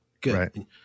Good